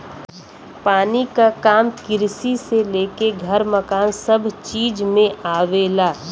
पानी क काम किरसी से लेके घर मकान सभ चीज में आवेला